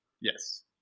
Yes